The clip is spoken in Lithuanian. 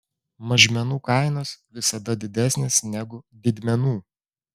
mažmenų kainos visada didesnės negu didmenų